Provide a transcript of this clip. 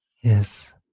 yes